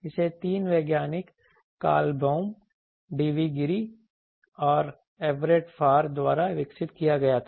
इसे तीन वैज्ञानिकों Carl Baum DV Giri DVGiri और एवरेट फर्र द्वारा विकसित किया गया था